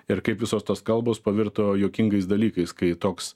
ir kaip visos tos kalbos pavirto juokingais dalykais kai toks